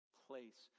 place